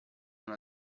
una